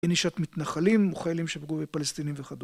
בנישת מתנחלים, וחיילים שפגעו בפלסטינים וכדומה.